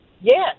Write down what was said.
Yes